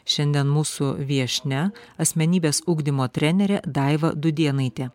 šiandien mūsų viešnia asmenybės ugdymo trenerė daiva dudėnaitė